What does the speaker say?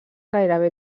gairebé